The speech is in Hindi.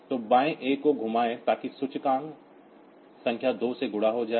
तो बाएं A को घुमाएं ताकि सूचकांक संख्या 2 से गुणा हो जाए